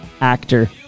actor